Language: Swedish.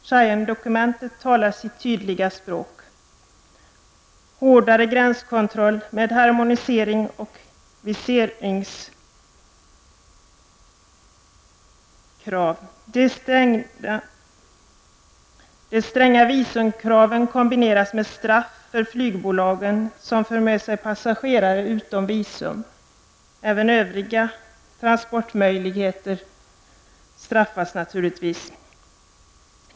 Schengendokumentet talar sitt tydliga språk: hårdare gränskontroll med harmonisering beträffande viseringspolitiken. De stränga visumkraven kombineras med straff för de flygbolag som för med sig passagerare utan visum. Även övriga transportmöjligheter straffas naturligtvis.